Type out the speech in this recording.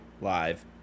live